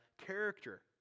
character